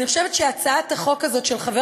אני חושבת שהצעת החוק הזאת של חבר